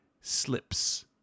slips